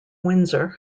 windsor